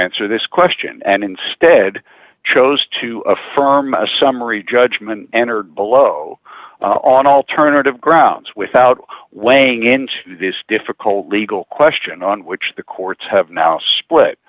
answer this question and instead chose to affirm a summary judgment entered below on alternative grounds without weighing into this difficult legal question on which the courts have now split